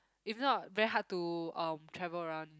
if not very hard to um travel around